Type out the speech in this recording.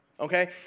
Okay